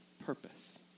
purpose